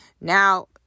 now